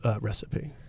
recipe